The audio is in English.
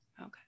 Okay